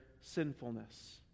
sinfulness